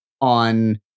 on